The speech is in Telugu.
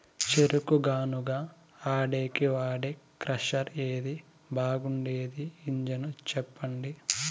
చెరుకు గానుగ ఆడేకి వాడే క్రషర్ ఏది బాగుండేది ఇంజను చెప్పండి?